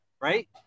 Right